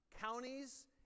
counties